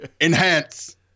Enhance